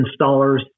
installers